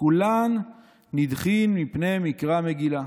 שכולן נדחין מפני מקרא מגילה.